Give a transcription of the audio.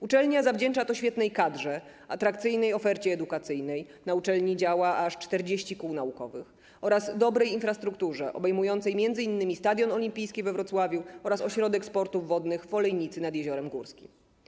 Uczelnia zawdzięcza to świetnej kadrze, atrakcyjnej ofercie edukacyjnej - na uczelni działa aż 40 kół naukowych - oraz dobrej infrastrukturze obejmującej m.in. Stadion Olimpijski we Wrocławiu oraz ośrodek sportów wodnych w Olejnicy nad Jeziorem Górskim.